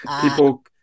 people